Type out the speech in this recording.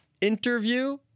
interview